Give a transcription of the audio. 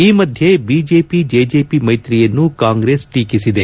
ಈ ಮಧ್ಯೆ BJP JJP ಮೈತ್ರಿಯನ್ನು ಕಾಂಗ್ರೆಸ್ ಟೀಕಿಸಿದೆ